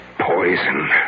poison